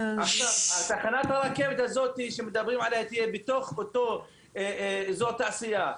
תחנת הרכבת הזאת שמדברים עליה תהיה בתוך אותו אזור תעשייה.